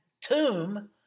tomb